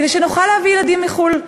כדי שנוכל להביא ילדים מחו"ל.